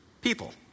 people